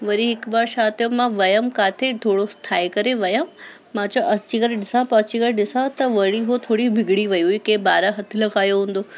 वरी हिकु बार छा थियो मां वियमि किथे थोरो ठाहे करे वियमि मां चओ अची करे ॾिसां पोइ अची करे ॾिसां त वरी उहो थोरी बिगड़ी वई हुई कंहिं ॿारु हथु लॻायो हूंदो